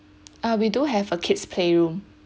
uh we do have a kids playroom